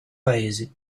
paesi